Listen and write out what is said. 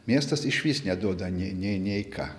miestas išvis neduoda nei nei nei ką